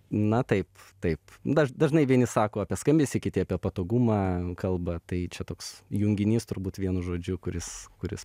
na taip taip daž dažnai vieni sako apie skambesį kiti apie patogumą kalba tai čia toks junginys turbūt vienu žodžiu kuris kuris